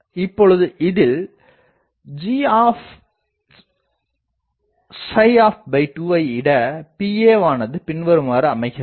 இப்பொழுது இதில் gஐ இட P வானது பின்வருமாறு அமைகிறது